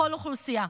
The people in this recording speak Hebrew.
בכל אוכלוסייה.